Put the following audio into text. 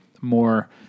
more